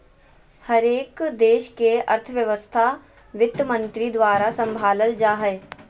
हरेक देश के अर्थव्यवस्था वित्तमन्त्री द्वारा सम्भालल जा हय